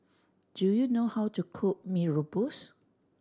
do you know how to cook Mee Rebus